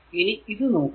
ഇനി ഇത് നോക്കുക